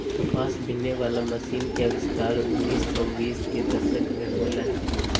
कपास बिनहे वला मशीन के आविष्कार उन्नीस सौ बीस के दशक में होलय हल